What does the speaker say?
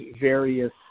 various